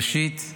ראשית,